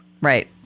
Right